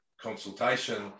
consultation